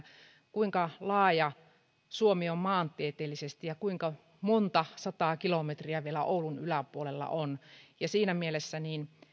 kuinka laaja suomi on maantieteellisesti ja kuinka monta sataa kilometriä vielä oulun yläpuolella on siinä mielessä